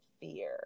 fear